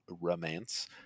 romance